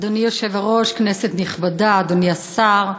אדוני היושב-ראש, כנסת נכבדה, אדוני השר,